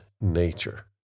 nature